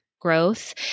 growth